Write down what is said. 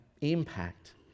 impact